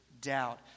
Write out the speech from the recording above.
doubt